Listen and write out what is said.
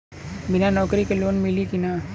बिना नौकरी के लोन मिली कि ना?